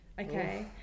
okay